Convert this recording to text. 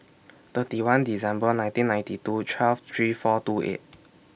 thirty one December nineteen ninety two twelve three four two eight